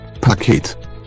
Paket